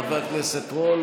חבר הכנסת רול,